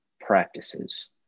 practices